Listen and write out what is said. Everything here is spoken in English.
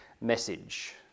message